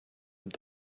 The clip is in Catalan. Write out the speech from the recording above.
amb